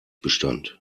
bestand